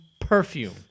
perfume